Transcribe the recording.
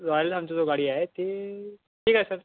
royal आमच्याजवळ गाडी आहे ती ठीक आहे सर